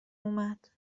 اومد